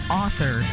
author